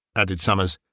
added somers.